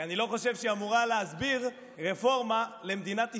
כי אני לא חושב שהיא אמורה להסביר רפורמה למדינת ישראל.